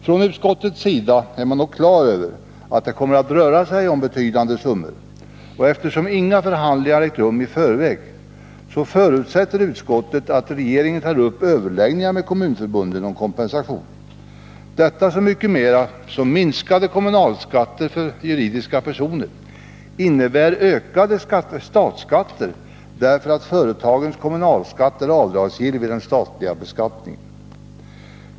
Från utskottets sida är man dock på det klara med att det kommer att röra sig om betydande summor, och eftersom inga förhandlingar ägt rum i förväg förutsätter utskottet att regeringen tar upp överläggningar med kommunförbunden om kompensation — detta så mycket mera som minskade kommunalskatter från juridiska personer innebär ökade statsskatter, därför att företagens kommunalskatt är avdragsgill vid den statliga beskattningen.